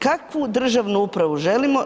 Kakvu državnu upravu želimo?